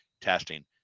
testing